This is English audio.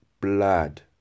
blood